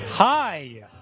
Hi